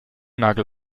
nagel